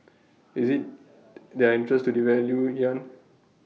is IT their interest to devalue yuan